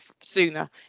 sooner